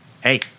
Hey